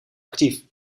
actief